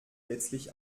letztlich